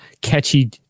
catchy